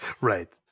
Right